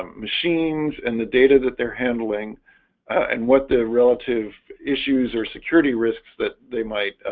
um machines and the data that they're handling and what the relative issues or security risks that they might?